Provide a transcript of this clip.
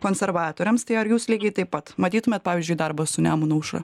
konservatoriams tai ar jūs lygiai taip pat matytumėt pavyzdžiui darbą su nemuno aušra